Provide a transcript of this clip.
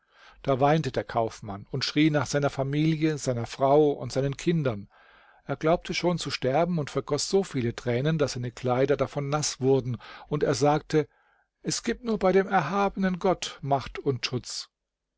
da weinte der kaufmann und schrie nach seiner familie seiner frau und seinen kindern er glaubte schon zu sterben und vergoß so viele tränen daß seine kleider davon naß wurden und sagte es gibt nur bei dem erhabenen gott macht und schutz